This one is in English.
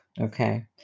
Okay